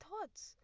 thoughts